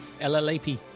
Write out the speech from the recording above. LLAP